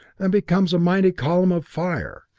and becomes a mighty column of fire,